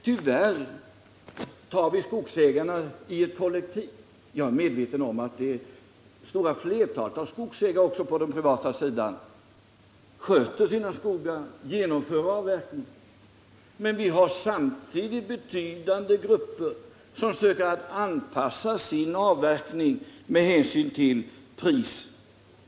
Tyvärr tar vi skogsägarna i ett kollektiv. Jag är medveten om att det stora flertalet bland skogsägarna — det gäller också på den privata sidan — sköter sina skogar och genomför avverkning. Men vi har samtidigt betydande grupper som söker anpassa sin avverkning med hänsyn till priserna.